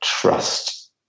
trust